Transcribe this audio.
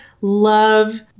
love